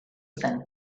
zen